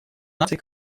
наций